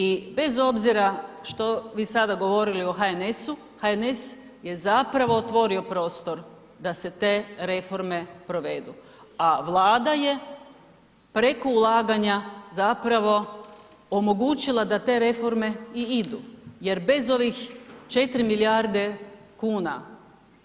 I bez obzira što vi sad govorili o HNS-u, HNS je zapravo otvorio prostor da se te reforme provedu, a Vlada je preko ulaganja zapravo omogućila da te reforme i idu jer bez ovih 4 milijarde kuna,